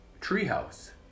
treehouse